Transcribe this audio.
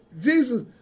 Jesus